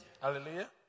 Hallelujah